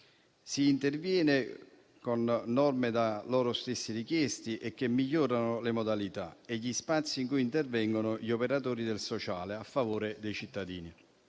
Si interviene con norme da loro stessi richieste e che migliorano le modalità e gli spazi in cui intervengono gli operatori del sociale a favore dei cittadini.